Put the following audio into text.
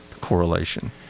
correlation